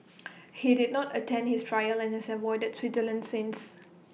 he did not attend his trial and has avoided Switzerland since